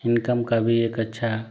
income का भी एक अच्छा